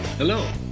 Hello